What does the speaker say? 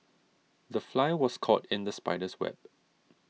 the fly was caught in the spider's web